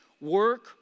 Work